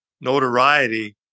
notoriety